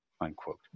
unquote